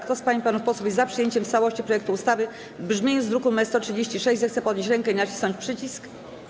Kto z pań i panów posłów jest za przyjęciem w całości projektu ustawy w brzmieniu z druku nr 136, zechce podnieść rękę i nacisnąć przycisk.